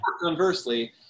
conversely